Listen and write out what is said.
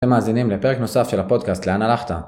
אתם מאזינים לפרק נוסף של הפודקאסט לאן הלכת.